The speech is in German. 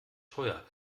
teuer